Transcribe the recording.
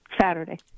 Saturday